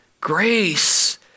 grace